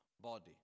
body